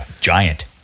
Giant